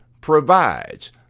provides